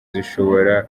zishobora